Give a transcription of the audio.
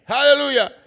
Hallelujah